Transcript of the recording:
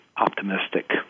optimistic